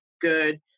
good